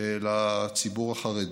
לציבור החרדי.